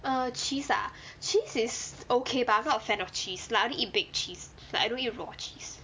err cheese ah cheese is okay but I'm not a fan of cheese like I only eat baked cheese like I don't eat cheese